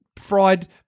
fried